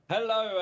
Hello